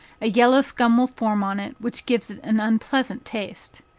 a yellow scum will form on it, which gives it an unpleasant taste.